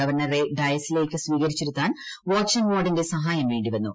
ഗവർണറെ ഡയസിലേക്ക് സ്വീകരിച്ചിരുത്താൻ വാച്ച് ആന്റ് വാർഡിന്റെ സഹായം വേണ്ടി വന്നു